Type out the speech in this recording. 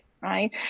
right